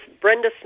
Brenda